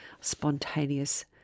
spontaneous